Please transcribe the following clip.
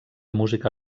música